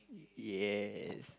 yes